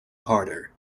harder